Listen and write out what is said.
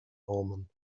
almond